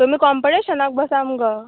तुमी कॉम्पटिशनाक बसा मगो